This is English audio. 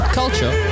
culture